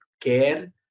care